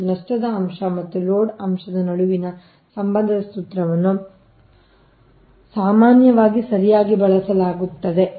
ಮತ್ತು ನಷ್ಟದ ಅಂಶ ಮತ್ತು ಲೋಡ್ ಅಂಶದ ನಡುವಿನ ಸಂಬಂಧದ ಸೂತ್ರವನ್ನು ಸಾಮಾನ್ಯವಾಗಿ ಸರಿಯಾಗಿ ಬಳಸಲಾಗುತ್ತದೆ